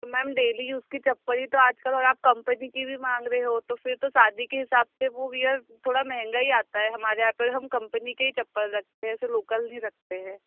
तो ma'am daily use की चप्पल ही तो आजकल और आप कम्पनी की भी मांग रहे हो तो फिर तो शादी के हिसाब से वो वियर थोड़ा महंगा ही आता है हमारे यहाँ पर हम कम्पनी के ही चप्पल रखते है ऐसे लोकल नहीं रखते है